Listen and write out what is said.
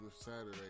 Saturday